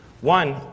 One